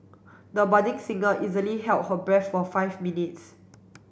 the budding singer easily held her breath for five minutes